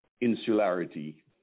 insularity